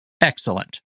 Excellent